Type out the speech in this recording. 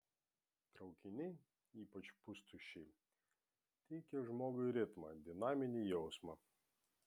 traukiniai ypač pustuščiai teikia žmogui ritmą dinaminį jausmą